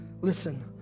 Listen